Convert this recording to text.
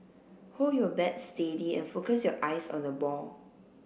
hold your bat steady and focus your eyes on the ball